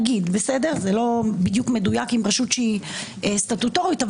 נגיד זה לא מדויק עם רשות שהיא סטטוטורית,